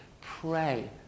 pray